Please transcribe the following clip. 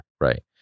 right